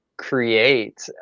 create